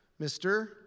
Mr